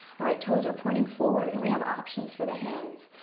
all right, toes are pointing forward, and we have options for the hands.